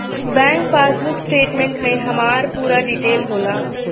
bank passbook statement में हमार पूरा डिटेल होला